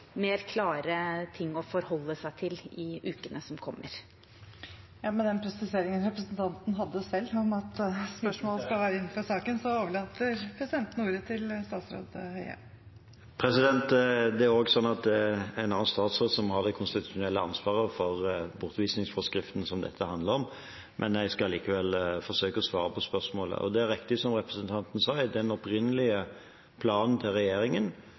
forholde seg til i ukene som kommer? Med den presiseringen representanten hadde selv om at spørsmålet skal være innenfor saken, overlater presidenten ordet til statsråd Høie. Det er også en annen statsråd som har det konstitusjonelle ansvaret for bortvisningsforskriften, som dette handler om, men jeg skal likevel forsøke å svare på spørsmålet. Det er riktig som representanten sa, at i den opprinnelige planen til regjeringen